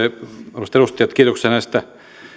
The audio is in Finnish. arvoisat edustajat kiitoksia näistä